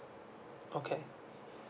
okay